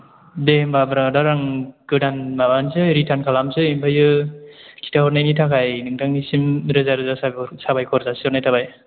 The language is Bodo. दे होनबा ब्रादार आं गोदान माबानोसै रिटार्न खालामनोसै ओमफ्राय खिथाहरनायनि थाखाय नोंथांनिसिम रोजा रोजा साबायखर जासिहरनाय थाबाय